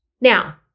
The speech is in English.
Now